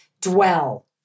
dwell